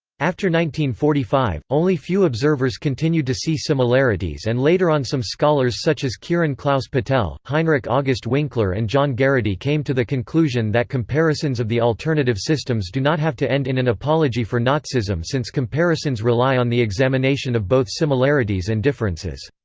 forty five, only few observers continued to see similarities and later on some scholars such as kiran klaus patel, heinrich august winkler and john garraty came to the conclusion that comparisons of the alternative systems do not have to end in an apology for nazism since comparisons rely on the examination of both similarities and differences.